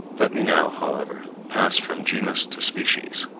let me now, however, pass from genus to species.